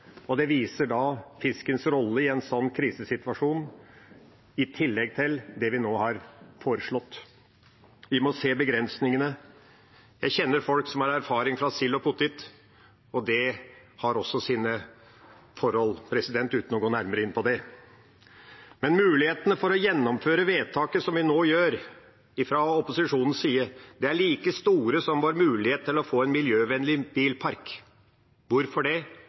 og det viser fiskens rolle i en sånn krisesituasjon, i tillegg til det vi nå har foreslått. Vi må se begrensningene. Jeg kjenner folk som har erfaring med sild og potet, og det har også sine sider, uten å gå nærmere inn på det. Mulighetene for å gjennomføre vedtaket som vi nå gjør fra opposisjonens side, er like store som vår mulighet til å få en miljøvennlig bilpark. Hvorfor det?